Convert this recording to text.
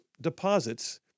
deposits